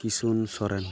Kishan Soren